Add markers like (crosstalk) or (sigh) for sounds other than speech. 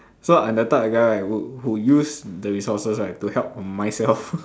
so I am the type of the guy right would who use the resources right to help on myself (laughs)